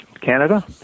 Canada